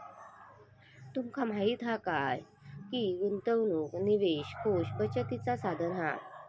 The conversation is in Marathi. तुमका माहीत हा काय की गुंतवणूक निवेश कोष बचतीचा साधन हा